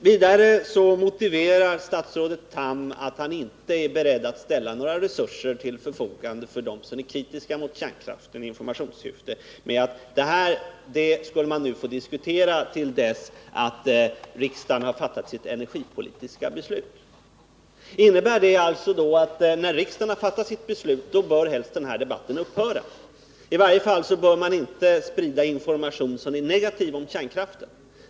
Vidare motiverar statsrådet Tham det förhållandet att han inte är beredd att ställa några ytterligare resurser för informationssyfte till förfogande för dem som är kritiska till kärnkraft med att man skulle få diskutera dessa spörsmål till dess riksdagen fattat sitt energipolitiska beslut. Innebär det att när riksdagen har fattat sitt beslut, då bör den här debatten helst upphöra? I varje fall måste grundinställningen vara att man inte bör sprida information som är negativ för kärnkraften.